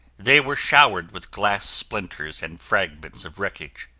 they were showered with glass splinters and fragments of wreckage.